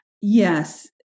yes